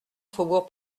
faubourg